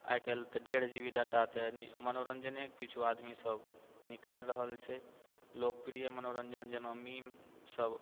आइ काल्हि डेढ़ G B data तऽ मनोरञ्जनके पाछू आदमी सब निकालि रहल छै लोकप्रिय मनोरञ्जन जेना मीम सब